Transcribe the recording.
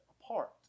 apart